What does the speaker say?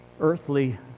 earthly